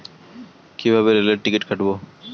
কিভাবে রেলের টিকিট কাটব?